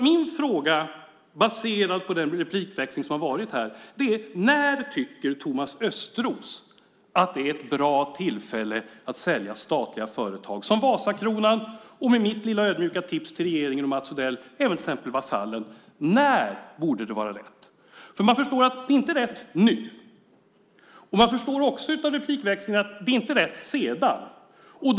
Min fråga, baserad på den replikväxling som varit här, är: När tycker Thomas Östros att det är ett bra tillfälle att sälja statliga företag såsom Vasakronan och exempelvis - mitt lilla ödmjuka tips till regeringen och Mats Odell - Vasallen? När borde det vara rätt? Vi förstår att det inte är rätt att sälja nu, och av replikväxlingen förstår vi att det inte heller är rätt sedan.